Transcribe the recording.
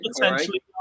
potentially